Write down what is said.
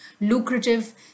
lucrative